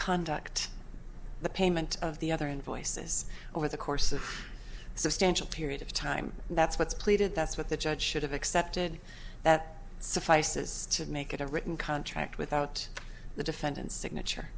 conduct the payment of the other invoices over the course of a substantial period of time that's what's pleaded that's what the judge should have accepted that suffices to make it a written contract without the defendant's signature